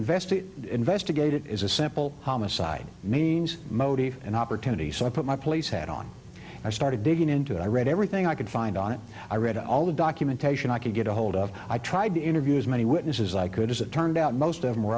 invest to investigate it is a simple homicide means motive and opportunity so i put my police hat on and i started digging into it i read everything i could find on it i read all the documentation i could get ahold of i tried to interview as many witnesses i could as it turned out most of them